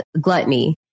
gluttony